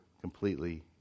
completely